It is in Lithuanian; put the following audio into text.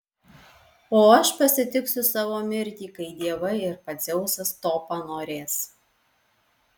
o aš pasitiksiu savo mirtį kai dievai ir pats dzeusas to panorės